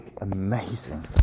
amazing